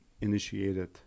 initiated